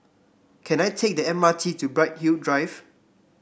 can I take the M R T to Bright Hill Drive